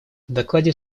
докладе